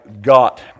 got